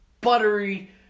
buttery